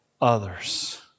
others